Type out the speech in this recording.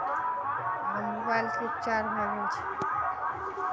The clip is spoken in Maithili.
आब मोबाइल स्लिप चारि भए गेल छै